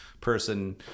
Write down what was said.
person